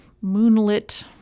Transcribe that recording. moonlit